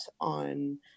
on